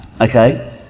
okay